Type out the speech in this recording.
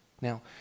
Now